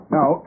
Now